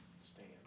Stand